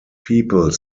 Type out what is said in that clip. people